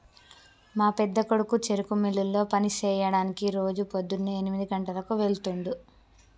మా పెద్దకొడుకు చెరుకు మిల్లులో పని సెయ్యడానికి రోజు పోద్దున్నే ఎనిమిది గంటలకు వెళ్తుండు